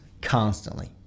constantly